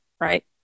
Right